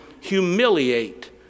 humiliate